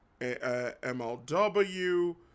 MLW